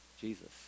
Jesus